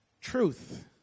Truth